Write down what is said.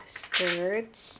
skirts